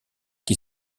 qui